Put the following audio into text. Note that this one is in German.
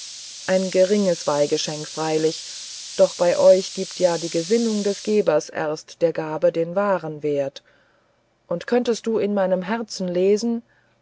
ein geringes weihgeschenk freilich doch bei euch gibt ja die gesinnung des gebers erst der gabe den wahren wert und könntest du in meinem herzen lesen